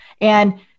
And-